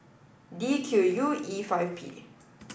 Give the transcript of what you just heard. D Q U E five P